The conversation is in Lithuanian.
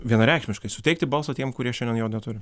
vienareikšmiškai suteikti balsą tiem kurie šiandien jo neturi